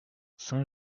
saint